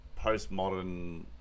postmodern